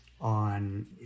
on